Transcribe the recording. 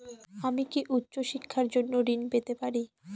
আমি কি উচ্চ শিক্ষার জন্য ঋণ পেতে পারি?